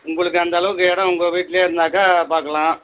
உங்களுக்கு அந்த அளவுக்கு இடம் உங்கள் வீட்டிலே இருந்தாக்கா பார்க்கலாம்